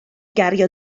gario